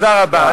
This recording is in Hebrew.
תודה רבה.